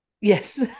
Yes